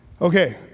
Okay